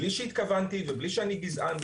בלי שהתכוונתי ובלי שאני גזען.